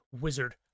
Wizard